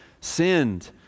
sinned